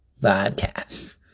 podcast